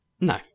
No